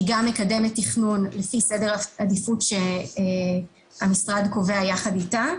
והיא גם מקדמת תכנון לפי סדר עדיפות שהמשרד קובע יחד איתה.